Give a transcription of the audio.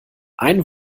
ein